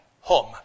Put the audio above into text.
home